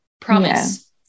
Promise